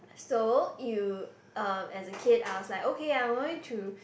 so you uh as a kid I was like okay I'm going to